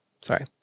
sorry